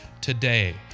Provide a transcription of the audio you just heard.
today